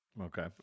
Okay